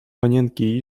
panienki